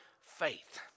faith